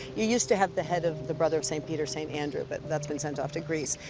you used to have the head of the brother of st. peter, st. andrew, but that's been sent off to greece.